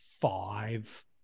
five